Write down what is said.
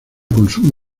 consumo